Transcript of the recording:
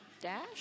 Dash